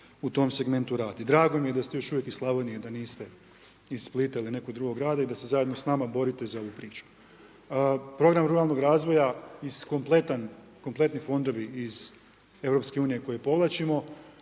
u tom segmentu radi. Drago mi je da ste još uvijek iz Slavonije, da niste iz Splita ili nekog drugog grada i da se zajedno s nama borite za ovu priču. Program ruralnog razvoja iz kompletan, kompletni fondovi iz EU koje povlačimo